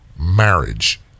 marriage